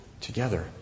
together